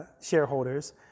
shareholders